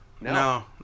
No